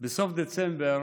בסוף דצמבר